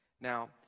Now